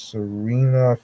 Serena